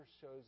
shows